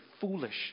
foolish